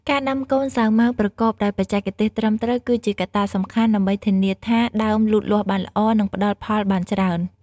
ការដាំកូនសាវម៉ាវប្រកបដោយបច្ចេកទេសត្រឹមត្រូវ គឺជាកត្តាសំខាន់ដើម្បីធានាថាដើមលូតលាស់បានល្អ និងផ្ដល់ផលបានច្រើន។